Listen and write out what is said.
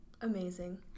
Amazing